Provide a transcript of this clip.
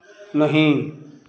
नहीं